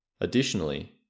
Additionally